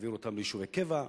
שיעבירו אותם ליישובי קבע.